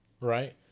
Right